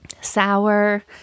sour